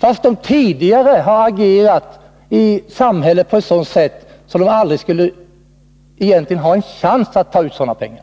trots att de tidigare har agerat i samhället på ett sådant sätt att de aldrig borde få chansen att ta ut sådana pengar.